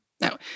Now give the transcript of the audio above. Now